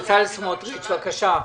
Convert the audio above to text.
בצלאל סמוטריץ', בבקשה,